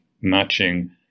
matching